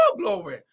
glory